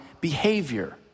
behavior